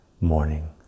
morning